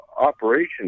operation